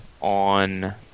on